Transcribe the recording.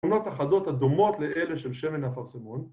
תמונות אחדות הדומות לאלה של שמן האפרסמון